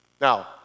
Now